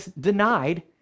denied